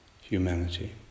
humanity